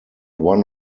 one